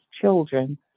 children